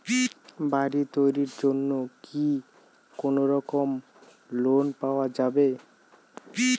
বাড়ি তৈরির জন্যে কি কোনোরকম লোন পাওয়া যাবে?